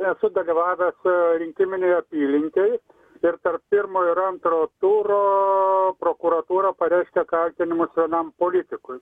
esu dalyvavęs rinkiminėj apylinkėj ir tarp pirmo ir antro turo prokuratūra pareiškė kaltinimus vienam politikui